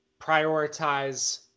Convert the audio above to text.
prioritize